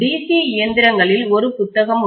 C இயந்திரங்களில் ஒரு புத்தகம் உள்ளது